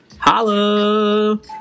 Holla